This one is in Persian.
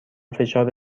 فشار